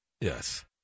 Yes